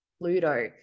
Pluto